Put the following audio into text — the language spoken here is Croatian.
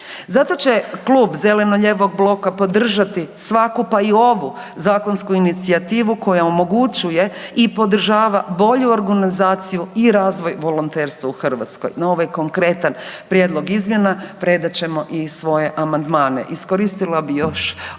Zato će klub zeleno-lijevog bloka podržati svaku pa i ovu zakonsku inicijativu koja omogućuje i podržava bolju organizaciju i razvoj volonterstva u Hrvatskoj. Na ovaj konkretan prijedlog izmjena predat ćemo i svoje amandmane. Iskoristila bih još ovu